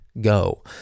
go